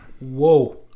Whoa